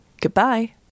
Goodbye